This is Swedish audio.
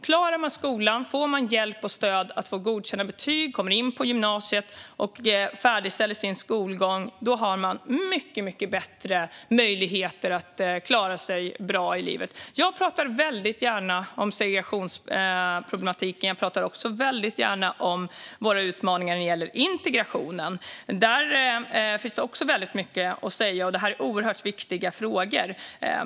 Om man klarar skolan, får hjälp och stöd att få godkända betyg, kommer in på gymnasiet och färdigställer sin skolgång har man mycket bättre möjligheter att klara sig bra i livet. Jag pratar väldigt gärna om segregationsproblematiken. Jag pratar också gärna om våra utmaningar när det gäller integrationen. Där finns det också mycket att säga, för detta är oerhört viktiga frågor.